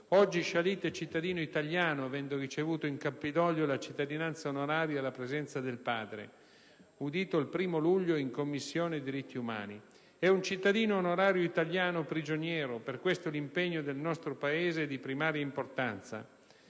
Oggi Shalit è cittadino italiano, avendo ricevuto in Campidoglio la cittadinanza onoraria, alla presenza del padre, udito il 1° luglio in Commissione diritti umani. È un cittadino onorario italiano prigioniero, per questo l'impegno del nostro Paese è di primaria importanza.